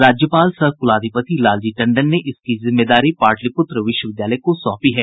राज्यपाल सह कुलाधिपति लालजी टंडन ने इसकी जिम्मेदारी पाटलिपुत्र विश्वविद्यालय को सौंपी है